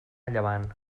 llevant